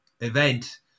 event